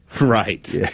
Right